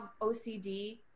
OCD